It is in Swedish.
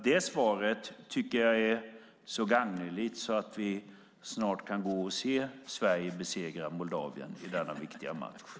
Det svaret är så gagneligt att vi snart kan gå och se Sverige besegra Moldavien i denna viktiga match.